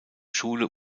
schule